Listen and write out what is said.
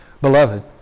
Beloved